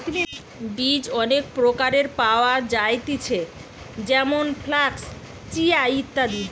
বীজ অনেক প্রকারের পাওয়া যায়তিছে যেমন ফ্লাক্স, চিয়া, ইত্যাদি